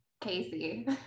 Casey